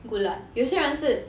good lah 有些人是